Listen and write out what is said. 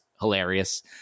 hilarious